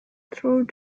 through